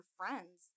friends